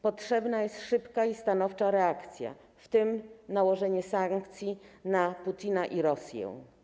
Potrzebna jest szybka i stanowcza reakcja, w tym nałożenie sankcji na Putina i Rosję.